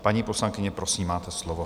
Paní poslankyně, prosím, máte slovo.